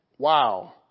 Wow